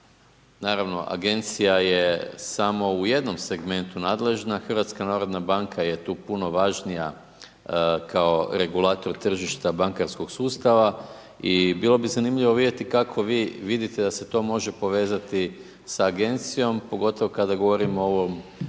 Naravno, agencija je samo u jednom segmentu nadležna, Hrvatska narodna banka je tu puno važnija kao regulator tržišta bankarskog sustava i bilo bi zanimljivo vidjeti kako vi vidite da se to može povezati sa agencijom, pogotovo kada govorimo o ovome